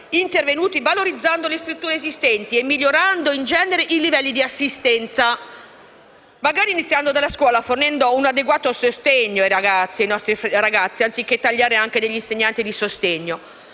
intervenuti valorizzando le strutture esistenti e migliorando in generale i livelli di assistenza, magari iniziando dalla scuola e fornendo un adeguato sostegno ai ragazzi, anziché tagliare sugli insegnanti di sostegno.